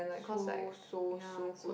so so so good